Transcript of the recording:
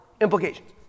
implications